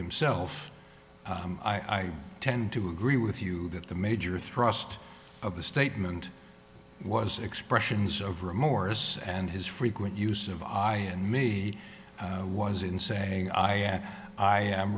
himself i tend to agree with you that the major thrust of the statement was expressions of remorse and his frequent use of i and me was in saying i am i am